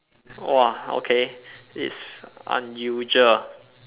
!whoa! okay it's unusual